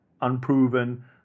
unproven